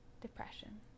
depression